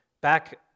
Back